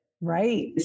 Right